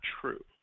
true